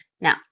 now